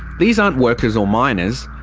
these aren't workers or miners,